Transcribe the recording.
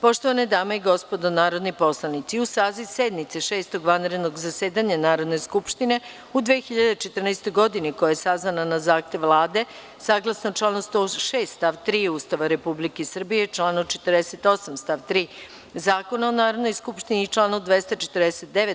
Poštovane dame i gospodo narodni poslanici, uz saziv sednice Šestog vanrednog zasedanja Narodne skupštine u 2014. godini, koja je sazvana na zahtev Vlade, saglasno članu 106. stav 3. Ustava Republike Srbije, članu 48. stav 3. Zakona o Narodnoj skupštini i članu 249.